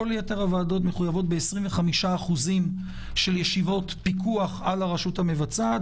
כל יתר הוועדות מחויבות ב-25% ישיבות פיקוח על הרשות המבצעת.